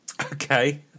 Okay